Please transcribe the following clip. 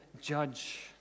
judge